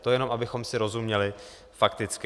To jenom k tomu, abychom si rozuměli fakticky.